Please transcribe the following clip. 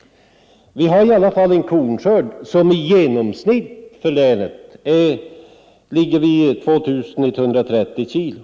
Vi har i alla fall en kornskörd som i genomsnitt för länet ligger vid 2130 kilo.